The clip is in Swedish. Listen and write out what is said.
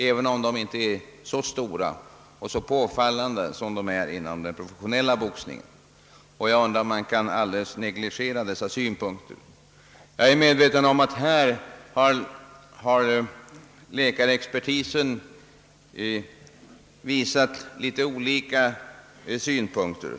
Även om dessa risker inte är så stora och så påfallande som de är inom den professionella boxningen måste man undra, om man helt kan negligera dessa synpunkter. Jag är medveten om att läkarexpertisen här har framfört olika synpunkter.